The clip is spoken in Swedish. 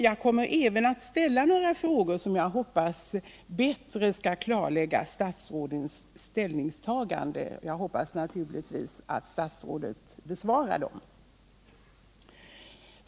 Jag kommer även att ställa några frågor, som jag hoppas bättre skall klarlägga statsrådets ställningstagande — jag hoppas naturligtvis att statsrådet besvarar dem.